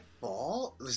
fall